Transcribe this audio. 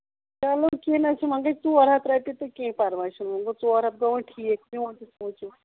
چلو کیٚنہہ نہ حظ چھُنہٕ وۄنۍ گٔے ژور ہَتھ رۄپیہِ کیٚنہہ پَرواے چھُنہٕ وۄنۍ گوٚو ژور ہَتھ گوٚو وۄنۍ ٹھیٖک میون تہِ سوٗنچِو